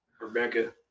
Rebecca